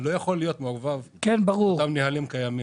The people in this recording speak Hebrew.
אבל זה לא יכול להיות מעורבב עם נהלים קיימים,